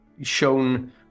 shown